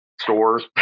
stores